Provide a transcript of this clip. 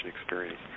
experience